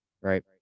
Right